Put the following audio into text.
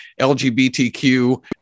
lgbtq